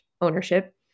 ownership